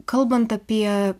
kalbant apie